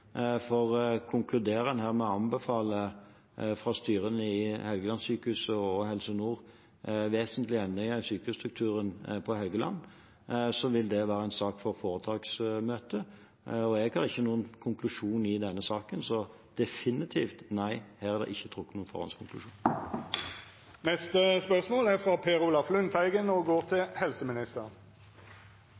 for konkluderer styrene i Helgelandssykehuset og Helse Nord her med å anbefale vesentlige endringer i sykehusstrukturen på Helgeland, vil det være en sak for foretaksmøtet. Jeg har ingen konklusjon i denne saken. Så definitivt nei, her er det ikke trukket noen forhåndskonklusjon.